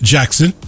Jackson